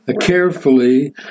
carefully